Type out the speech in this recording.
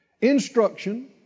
Instruction